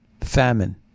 famine